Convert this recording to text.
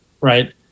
right